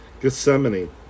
Gethsemane